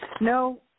No